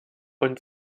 und